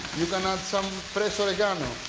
you can add some fresh oregano,